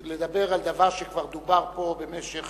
לדבר על דבר שכבר דובר פה במשך